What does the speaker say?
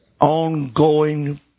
ongoing